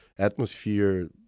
Atmosphere